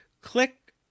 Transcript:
click